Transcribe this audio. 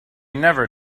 never